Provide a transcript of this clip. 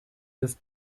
des